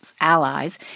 allies